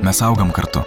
mes augam kartu